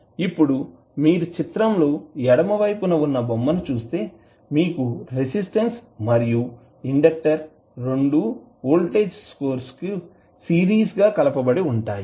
ఇప్పుడు మీరు చిత్రం లో ఎడమ వైపున ఉన్న బొమ్మను చూస్తే మీకు రెసిస్టన్స్ మరియు ఇండెక్టర్ రెండూ వోల్టేజ్ సోర్స్ VS కు సిరీస్ గా కలపబడి ఉంటాయి